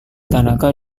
tanaka